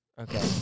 Okay